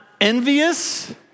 envious